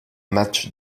match